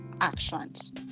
actions